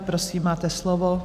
Prosím, máte slovo.